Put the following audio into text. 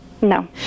No